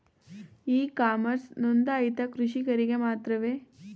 E commerce ನೊಂದಾಯಿತ ಕೃಷಿಕರಿಗೆ ಮಾತ್ರವೇ?